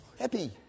happy